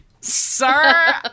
sir